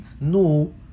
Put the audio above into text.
No